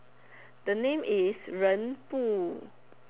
the name is 人不